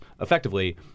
effectively